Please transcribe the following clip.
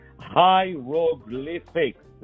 Hieroglyphics